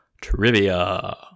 trivia